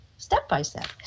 step-by-step